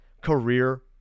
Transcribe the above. career